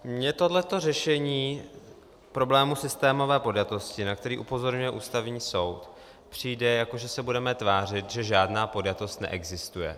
Mně tohle řešení problému systémové podjatosti, na který upozorňuje Ústavní soud, přijde, jako že se budeme tvářit, že žádná podjatost neexistuje.